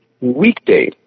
weekday